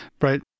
right